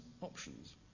options